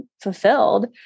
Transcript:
fulfilled